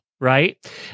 right